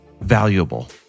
valuable